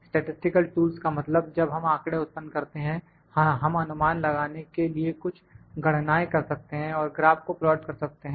statistical tools का मतलब जब हम आंकड़े उत्पन्न करते हैं हम अनुमान लगाने के लिए कुछ गणनाए कर सकते हैं और ग्राफ़ को प्लाट कर सकते हैं